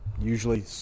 usually